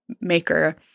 maker